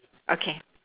okay